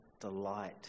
delight